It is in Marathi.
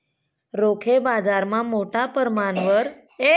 रोखे बाजारमा मोठा परमाणवर संयुक्त राज्य अमेरिकानं वर्चस्व शे